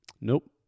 Nope